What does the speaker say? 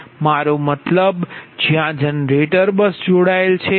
મારો મતલબ જ્યાં જનરેટર બસ જોડાયેલ છે